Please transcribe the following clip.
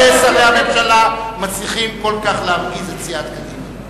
הממשלה מצליחים כל כך להרגיז את סיעת קדימה.